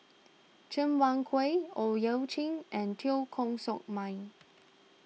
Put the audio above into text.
Cheng Wai Keung Owyang Chi and Teo Koh Sock Miang